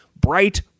bright